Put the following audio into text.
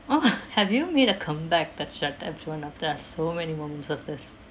oh have you made a comeback that shut everyone up there are so many moments of this